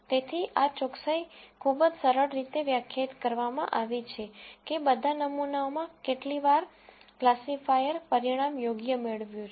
તેથી આ ચોકસાઈ ખૂબ જ સરળ રીતે વ્યાખ્યાયિત કરવામાં આવી છે કે બધા નમૂનાઓમાં કેટલી વાર ક્લાસિફાયર પરિણામ યોગ્ય મેળવ્યું છે